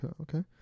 Okay